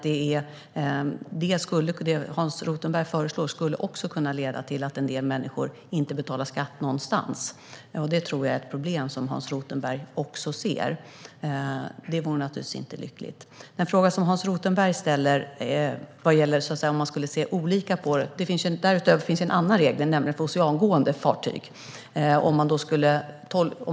Det som Hans Rothenberg föreslår skulle också kunna leda till att en del människor inte betalar skatt någonstans, och det tror jag är ett problem som också Hans Rothenberg ser. Det vore naturligtvis inte lyckligt. När det gäller den fråga som Hans Rosenberg ställer om man skulle se olika på detta finns det en annan regel, nämligen för oceangående fartyg.